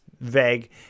vague